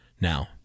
Now